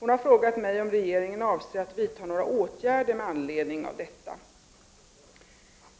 Hon har frågat mig om regeringen avser att vidta några åtgärder med anledning av detta.